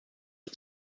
had